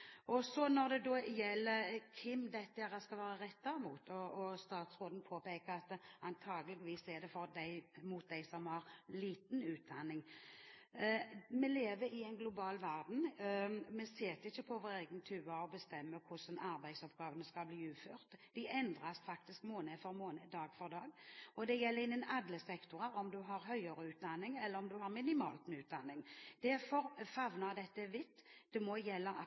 Når det gjelder hvem dette skal være rettet mot, påpeker statsråden at det antageligvis er for dem som har lite utdanning. Vi lever i en global verden, og vi sitter ikke på vår egen tue og bestemmer hvordan arbeidsoppgavene skal bli utført. De endrer seg faktisk måned for måned og dag for dag. Dette gjelder innenfor alle sektorer – enten du har høyere utdanning eller om du har minimalt med utdanning. Derfor favner dette vidt – det må gjelde